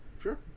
Sure